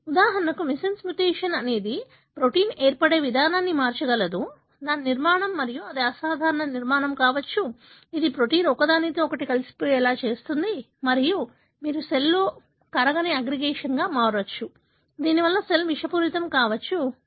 ఉదాహరణకు missense mutation అనేది protein ఏర్పడే విధానాన్ని మార్చగలదు దాని నిర్మాణం మరియు అది అసాధారణ నిర్మాణం కావచ్చు ఇది ప్రోటీన్ ఒకదానితో ఒకటి కలిసిపోయేలా చేస్తుంది మరియు మీరు సెల్లో కరగని అగ్రిగేషన్గా మారవచ్చు దీని వలన సెల్ విషపూరితం కావచ్చు